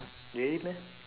really meh